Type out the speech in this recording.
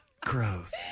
Growth